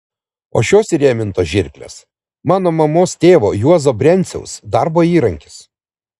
o šios įrėmintos žirklės mano mamos tėvo juozo brenciaus darbo įrankis